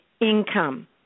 income